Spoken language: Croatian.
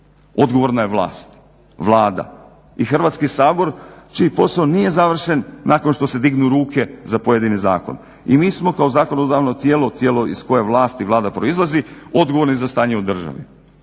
Odgovorna je vlast, Vlada i Hrvatski sabor čiji posao nije završen nakon što se dignu ruke za pojedini zakon. I mi smo kao zakonodavno tijelo, tijelo iz koje vlasti Vlada proizlazi odgovorni za stanje u državi.